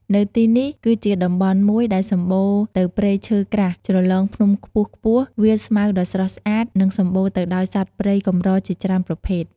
នៅទីនេះ គឺជាតំបន់មួយដែលសំបូរទៅព្រៃឈើក្រាស់ ជ្រលងភ្នំខ្ពស់ៗ វាលស្មៅដ៏ស្រស់ស្អាត និងសំបូរទៅដោយសត្វព្រៃកម្រជាច្រេីនប្រភេទ។